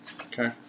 Okay